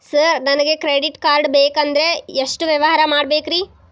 Sir ನನಗೆ credit card ಬೇಕಂದ್ರೆ ಎಷ್ಟು ವ್ಯವಹಾರ ಮಾಡಬೇಕ್ರಿ?